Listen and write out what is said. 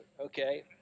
Okay